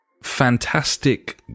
fantastic